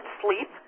sleep